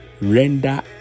render